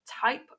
type